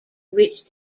which